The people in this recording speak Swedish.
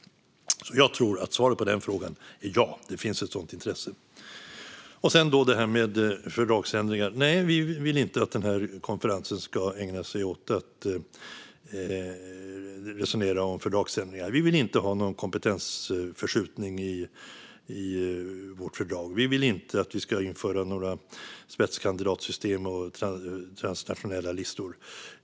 Jag tror att svaret på den frågan är: Ja, det finns ett sådant intresse. Sedan gäller det frågan om fördragsändringar. Nej, vi vill inte att konferensen ska ägna sig åt resonera om fördragsändringar. Vi vill inte ha någon kompetensförskjutning i vårt fördrag. Vi vill inte att vi ska införa några spetskandidatssystem och transnationella listor.